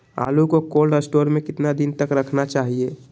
आलू को cold store में कितना दिन तक रखना चाहिए?